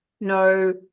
no